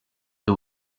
who